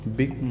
big